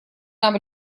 нам